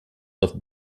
oft